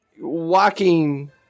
walking